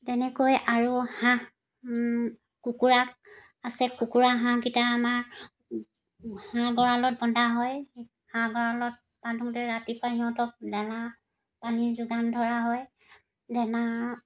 তেনেকৈ আৰু হাঁহ কুকুৰাক আছে কুকুৰা হাঁহকেইটা আমাৰ হাঁহ গড়ালত বন্দা হয় হাঁহ গড়ালত বান্ধোতে ৰাতিপুৱা সিহঁতক দানা পানীৰ যোগান ধৰা হয় দানা